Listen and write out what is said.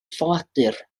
ffoadur